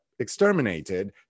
exterminated